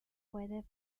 fue